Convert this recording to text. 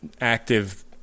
active